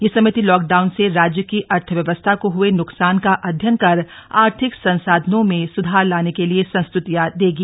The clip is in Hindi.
यह समिति लॉकडाउन से राज्य की अर्थव्यवस्था को हए न्कसान का अध्ययन कर आर्थिक संसाधनों में सुधार लाने के लिए संस्तृतियां देगी